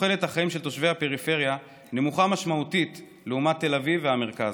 תוחלת החיים של תושבי הפריפריה נמוכה משמעותית לעומת תל אביב והמרכז.